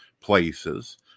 places